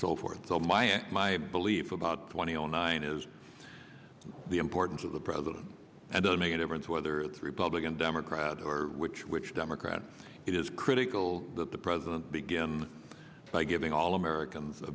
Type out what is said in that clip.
so forth so my and my belief about twenty nine is the importance of the president and i make a difference whether it's republican democrat or which which democrat it is critical that the president begin by giving all americans